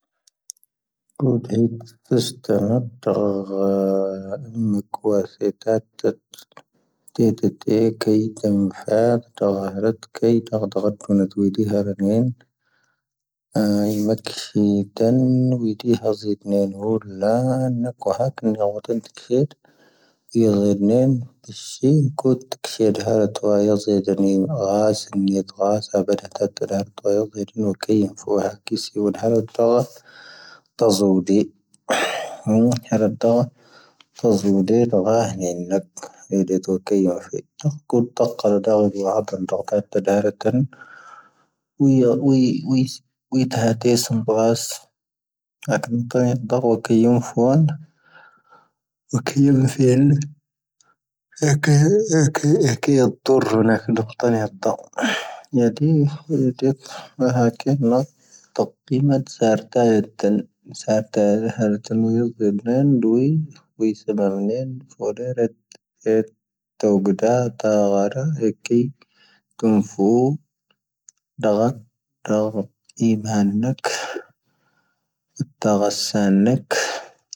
ⵜⴰⵣⴰⵡⴷⵉ. ⵀⵔⴰⴷⴰ ⵜⴰⵣⴰⵡⴷⵉ. ⵔⴰⴳⵀⵏⵉ ⵏⴰⴽ. ⵢⴰⴷⴻⵜⴰⵡ ⴽⵉⵢⵓⵎ ⴰⴼⵉ. ⴽⵓⵜⴰⴽ ⴰⵍⴰⴷⴰⵡ ⵢⴰⴷⴰⵜⴰⵡ. ⵜⴰⴷⴰⵀⵔⵉ ⵜⴰⵡ. ⵡⵉ ⵜⴰⵀⴰⵜⵉⵙ ⵎⴱⴰⴰⵙ. ⴰⴽⵉⵎ ⵜⴰⵏⵢⴰⵜⴰⵡ. ⴽⵉⵢⵓⵎ ⴼoⵓⵏ. ⵡⴰⴽⵉⵢⵓⵎ ⴼⵉⵢⴰⵏ. ⴰⴽⵉⵎ. ⴰⴽⵉⵎ ⵜⵓⵔⵏⴰ ⴽⵉⴷⵡ ⴽⵓⵜⴰⵏⵢⴰⵜⴰⵡ. ⵢⴰⴷⴻⵜⴰⵡ. ⵡⴰ ⴰⴽⵉⵎ ⵏⴰ. ⴰⴽⵉⵎ ⴰⵜ ⵙⴰⴰⵔⵜⴰⵢⴰⵜ. ⵙⴰⴰⵔⵜⴰⵢⴰⵜⴰⵡ ⵢⴰⴷⴰⵜⴰⵡ. ⵡⵉ ⵜⴰⵡ. ⵡⵉ ⵜⴰⵡ. ⴳⵓⴷⴰⵡ ⵜⴰⵡ. ⴰⴽⵉⵎ. ⵜⴰⵡ. ⵉⵉⵎ ⵀⴰⵏⴰⴽ. ⵜⴰⵡⴰⵙⴰⵏⴰⴽ.